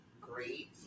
great